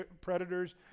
predators